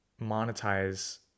monetize